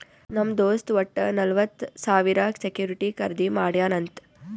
ನಮ್ ದೋಸ್ತ್ ವಟ್ಟ ನಲ್ವತ್ ಸಾವಿರ ಸೆಕ್ಯೂರಿಟಿ ಖರ್ದಿ ಮಾಡ್ಯಾನ್ ಅಂತ್